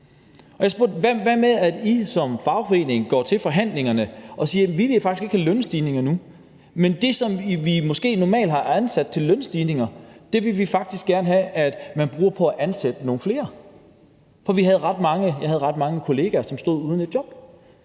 og jeg spurgte: Hvad med, at I som fagforening går til forhandlingerne og siger, at vi faktisk ikke vil have lønstigninger, og det, vi måske normalt har afsat til lønstigninger, vil vi faktisk gerne have, at man bruger på at ansætte nogle flere? Jeg havde ret mange kollegaer, der stod uden et job,